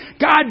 God